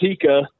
Tika